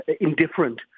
indifferent